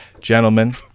gentlemen